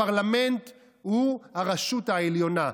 הפרלמנט הוא הרשות העליונה,